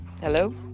Hello